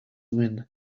win